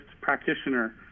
practitioner